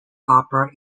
opera